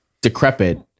decrepit